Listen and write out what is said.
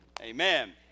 amen